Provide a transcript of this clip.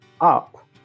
up